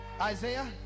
Isaiah